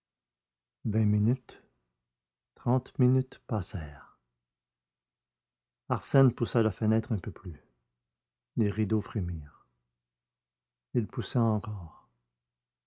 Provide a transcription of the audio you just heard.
vingt minutes trente minutes passèrent arsène poussa la fenêtre un peu plus les rideaux frémirent il poussa encore